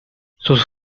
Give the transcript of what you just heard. sus